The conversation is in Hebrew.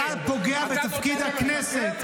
אתה פוגע בתפקיד הכנסת.